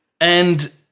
and-